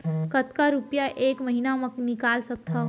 कतका रुपिया एक महीना म निकाल सकथव?